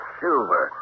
silver